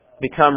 become